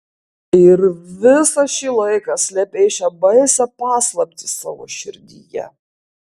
ir visą šį laiką slėpei šią baisią paslaptį savo širdyje